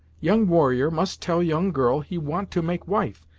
young warrior must tell young girl he want to make wife,